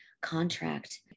contract